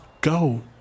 go